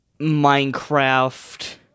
Minecraft